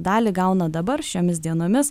dalį gauna dabar šiomis dienomis